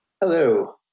Hello